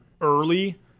early